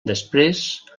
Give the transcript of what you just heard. després